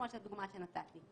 כמו הדוגמה שנתתי.